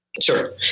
Sure